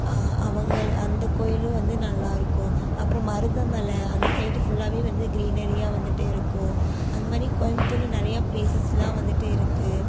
அ அவர்கள அந்த கோயிலும் வந்து நல்லாயிருக்கும் அப்புறம் மருதமலை அந்த சைடு ஃபுல்லாவே வந்து கிரின்னறியா வந்துகிட்டே இருக்கும் அந்தமாதிரி கோயமுத்தூரில் நிறையா பிளேஸ்சஸ்லாம் வந்துட்டு இருக்குது